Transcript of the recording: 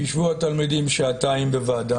שישבו התלמידים שעתיים בוועדה.